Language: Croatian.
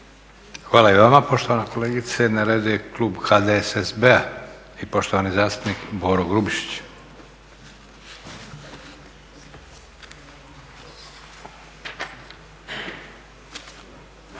Hvala i vama poštovana kolegice. Na redu je klub HDSSB-a i poštovani zastupnik Boro Grubišić.